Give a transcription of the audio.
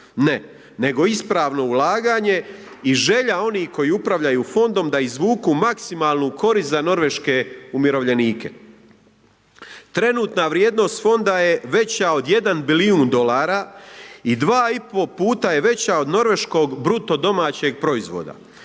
ne, nego ispravno ulaganje i želja onih koji upravljaju fondom da izvuku maksimalnu korist za norveške umirovljenike. Trenutna vrijednost fonda je veća od 1 bilijun dolara i 2,5 puta je veća od norveškog BDP-a. Fond